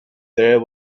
there